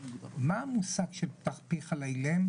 מה המושג של פתח פיך לאילם?